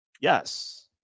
Yes